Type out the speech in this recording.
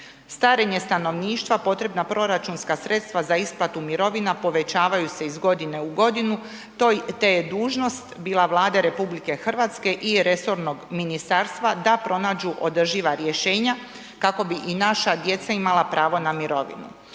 Starenje stanovništva, posebna proračunska sredstva za isplatu mirovina, povećavaju se iz godine u godinu te je dužnost bila Vlade RH i resornog ministarstva da pronađu održiva rješenja kako bi i naša djeca imala pravo na mirovinu.